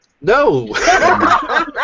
No